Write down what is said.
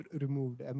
removed